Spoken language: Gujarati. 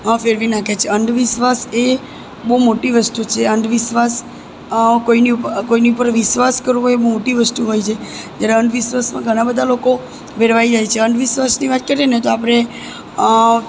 ફેરવી નાખે છે અંધવિશ્વાસ એ બહુ મોટી વસ્તુ છે અંધવિશ્વાસ કોઇની કોઈની ઉપર વિશ્વાસ કરવો એ મોટી વસ્તુ હોય છે જ્યારે અંધવિશ્વાસમાં ઘણાં બધા લોકો ભેરવાઈ જાય છે અંધવિશ્વાસની વાત કરીએ ને તો આપણે